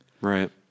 right